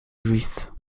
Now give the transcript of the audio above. juifs